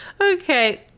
Okay